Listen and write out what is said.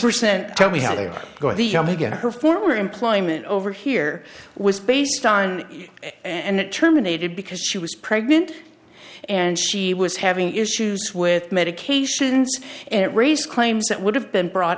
percent tell me how they are going to get her former employment over here was based on and it terminated because she was pregnant and she was having issues with medications it raise claims that would have been brought